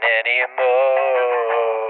anymore